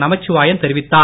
நமச்சிவாயம் தெரிவித்தார்